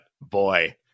Boy